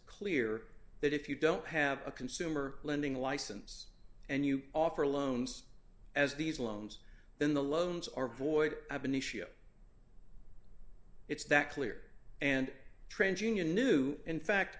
clear that if you don't have a consumer lending license and you offer loans as these loans then the loans are void have been issue it's that clear and trans union knew in fact